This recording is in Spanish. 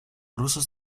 rusos